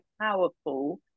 powerful